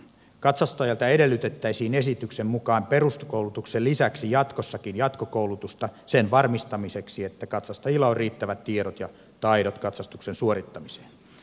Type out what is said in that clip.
katsastajalta edellytettäisiin esityksen mukaan peruskoulutuksen lisäksi jatkossakin jatkokoulutusta sen varmistamiseksi että katsastajilla on riittävät tiedot ja taidot katsastuksen suorittamiseen